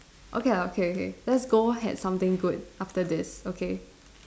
okay okay okay let's go have something good after this okay